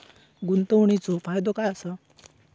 गुंतवणीचो फायदो काय असा?